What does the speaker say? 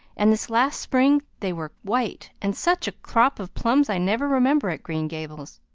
and this last spring they were white, and such a crop of plums i never remember at green gables.